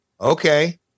Okay